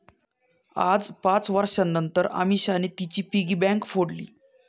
आज पाच वर्षांनतर अमीषाने तिची पिगी बँक फोडली